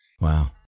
Wow